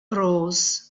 rose